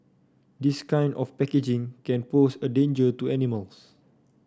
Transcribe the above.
this kind of packaging can pose a danger to animals